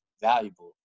valuable